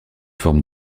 forme